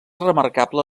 remarcable